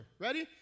Ready